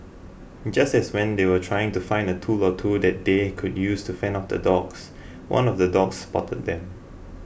just as when they were trying to find a tool or two that they could use to fend off the dogs one of the dogs spotted them